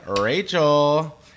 Rachel